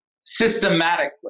systematically